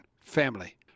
family